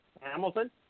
Hamilton